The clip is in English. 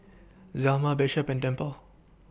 Zelma Bishop and Dimple